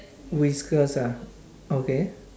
whiskers ah okay